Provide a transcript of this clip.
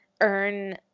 earn